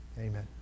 Amen